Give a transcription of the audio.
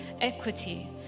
equity